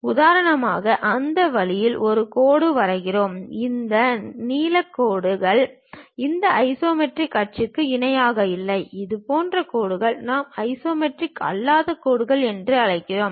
உதாரணமாக அந்த வழியில் ஒரு கோட்டை வரைவோம் இந்த நீலக்கோடு இந்த ஐசோமெட்ரிக் அச்சுக்கு இணையாக இல்லை இதுபோன்ற கோடுகள் நாம் ஐசோமெட்ரிக் அல்லாத கோடுகள் என்று அழைக்கிறோம்